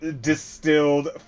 Distilled